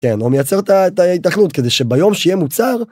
כן הוא מייצר את ההתכנות כדי שביום שיהיה מוצר.